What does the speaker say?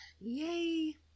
Yay